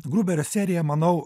gruberio seriją manau